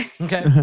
Okay